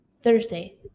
Thursday